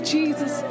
Jesus